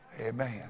Amen